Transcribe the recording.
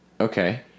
Okay